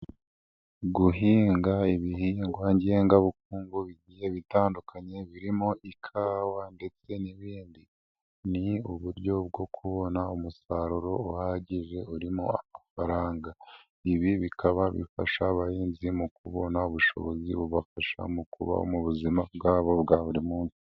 Guhinga ibihingwa ngengabukungu bigiye bitandukanye birimo ikawa ndetse n'ibindi, ni uburyo bwo kubona umusaruro uhagije urimo amafaranga. Ibi bikaba bifasha abahinzi mu kubona ubushobozi bubafasha mu kubaho mu buzima bwabo bwa buri munsi.